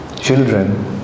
children